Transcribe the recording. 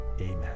Amen